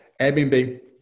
Airbnb